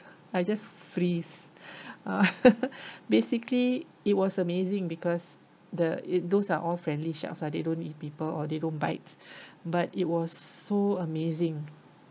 I just freeze basically it was amazing because the it those are all friendly sharks ah they don't eat people or they don't bite but it was so amazing